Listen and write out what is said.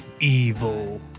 evil